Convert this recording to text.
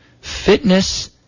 fitness